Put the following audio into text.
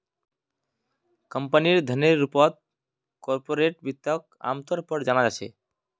कम्पनीर धनेर रूपत कार्पोरेट वित्तक आमतौर पर जाना जा छे